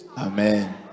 amen